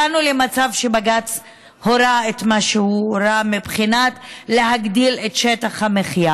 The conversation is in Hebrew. הגענו למצב שבג"ץ הורה את מה שהוא הורה מבחינת הגדלת שטח המחיה,